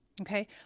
okay